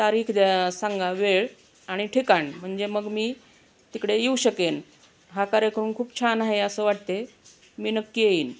तारीख द्या सांगा वेळ आणि ठिकाण म्हणजे मग मी तिकडे येऊ शकेन हा कार्यक्रम खूप छान आहे असं वाटते मी नक्की येईन